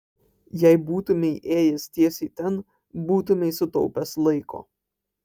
jei būtumei ėjęs tiesiai ten būtumei sutaupęs laiko